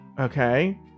okay